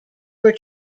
were